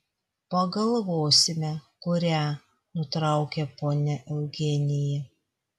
pagalvosime kurią nutraukė ponia eugenija